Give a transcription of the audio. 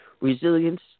resilience